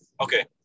okay